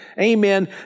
Amen